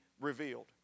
revealed